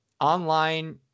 online